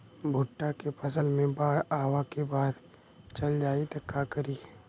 भुट्टा के फसल मे बाढ़ आवा के बाद चल जाई त का करी?